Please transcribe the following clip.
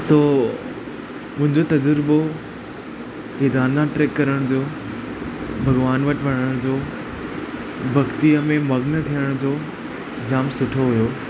थो मुंहिंजो तज़ुर्बो केदारनाथ ट्रिप करण जो भॻवानु वटि वञण जो भक्तिअ में मग्न थियण जो जाम सुठो हुओ